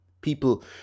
people